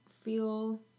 feel